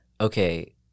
okay